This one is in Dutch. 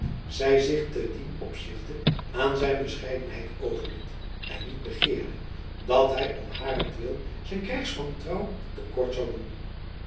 zij zich te dien opzichte aan zijn bescheidenheid overliet en niet begeerde dat hij om harentwil zijn krijgsmanstrouw te kort zou doen